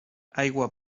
aigua